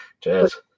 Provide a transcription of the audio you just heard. Cheers